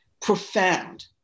profound